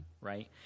right